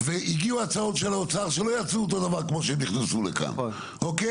והגיעו הצעות של האוצר שלא יצאו אותו דבר כמו שהן נכנסו לכאן וטויבו.